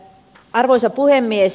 arvoisa puhemies